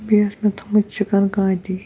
بیٚیہِ اوس مےٚ تھوٚمُت چِکَن کانتی